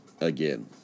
Again